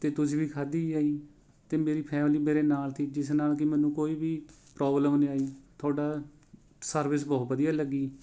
ਅਤੇ ਤੁਸੀਂ ਵੀ ਖਾਧੀ ਆ ਜੀ ਅਤੇ ਮੇਰੀ ਫੈਮਲੀ ਮੇਰੇ ਨਾਲ ਸੀ ਜਿਸ ਨਾਲ ਕਿ ਮੈਨੂੰ ਕੋਈ ਵੀ ਪ੍ਰੌਬਲਮ ਨਹੀਂ ਆਈ ਤੁਹਾਡਾ ਸਰਵਿਸ ਬਹੁਤ ਵਧੀਆ ਲੱਗੀ